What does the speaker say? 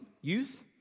youth